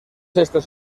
estos